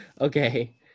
okay